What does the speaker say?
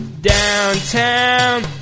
Downtown